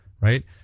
Right